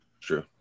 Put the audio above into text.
True